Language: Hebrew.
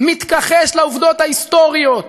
מתכחש לעובדות ההיסטוריות.